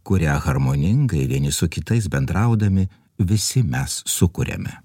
kurią harmoningai vieni su kitais bendraudami visi mes sukuriame